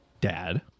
dad